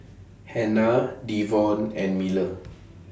Hanna Devon and Miller